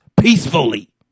peacefully